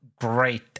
great